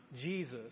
Jesus